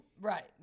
Right